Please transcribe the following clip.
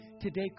Today